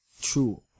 true